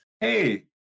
Hey